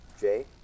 Jay